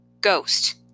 Ghost